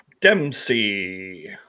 Dempsey